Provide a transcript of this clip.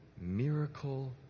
miracle